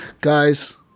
Guys